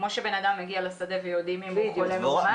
כמו שבן אדם הגיע לשדה ויודעים אם הוא חולה מאומת או לא.